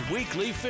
Weekly